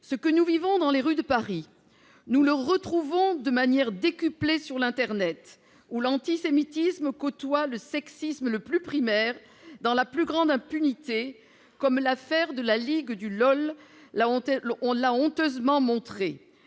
Ce que nous vivons dans les rues de Paris, nous le retrouvons de manière décuplée sur internet, où l'antisémitisme côtoie le sexisme le plus primaire dans la plus grande impunité, comme l'affaire de la « ligue du LOL » l'a honteusement montré.